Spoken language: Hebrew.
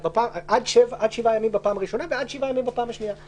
עד שבעה ימים בפעם הראשונה ועד שבעה ימים בפעם השנייה.